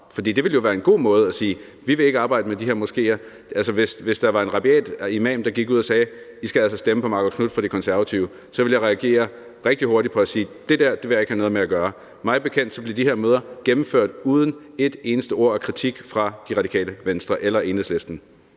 For det ville være en god måde at sige: Vi vil ikke arbejde med de her moskeer. Hvis der var en rabiat imam, der gik ud og sagde, at man altså skulle stemme på Marcus Knuth fra De Konservative, så ville jeg reagere rigtig hurtigt og sige, at det der ville jeg ikke have noget med at gøre. Mig bekendt blev de her møder gennemført uden et eneste kritisk ord fra Det Radikale Venstre eller Enhedslisten.